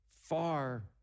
far